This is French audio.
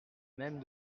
même